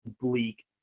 bleak